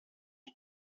amb